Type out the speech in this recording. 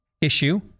issue